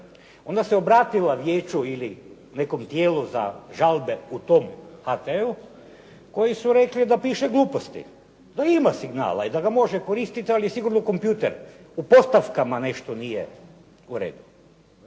Onda se obratila vijeću ili nekom tijelu za žalbe u tom HT-u koji su rekli da piše gluposti, da ima signala i da ga može koristiti, ali sigurno kompjutor, u postavkama nešto nije u redu.